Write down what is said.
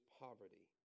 poverty